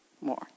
more